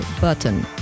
button